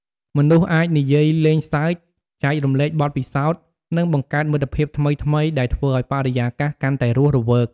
មនុស្សអាចនិយាយលេងសើច ចែករំលែកបទពិសោធន៍ និងបង្កើតមិត្តភាពថ្មីៗ ដែលធ្វើឱ្យបរិយាកាសកាន់តែរស់រវើក។